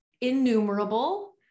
innumerable